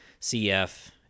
CF